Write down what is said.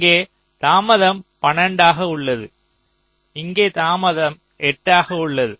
இங்கே தாமதம் 12 ஆக உள்ளது இங்கே தாமதம் 8 ஆக உள்ளது